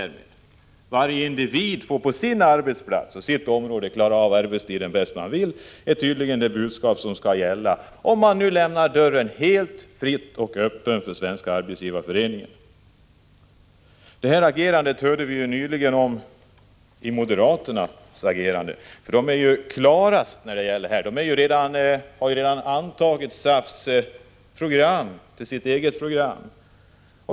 Varje individ får på sin arbetsplats och på sitt område klara av arbetstidsfrågan bäst han vill. Detta är tydligen det budskap som skall gälla, när man nu lämnar dörren helt öppen för Svenska arbetsgivareföreningen. Moderaterna är ju de som klarast tagit ställning i den här frågan. Vi har hört det från moderat håll, och det har framgått av moderaternas agerande att de redan har antagit SAF:s program till sitt eget program.